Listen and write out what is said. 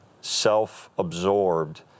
self-absorbed